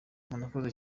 murakoze